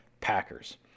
Packers